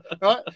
Right